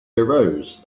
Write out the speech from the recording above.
arose